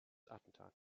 attentat